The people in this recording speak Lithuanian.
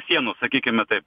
sienų sakykime taip